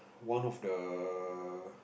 one of the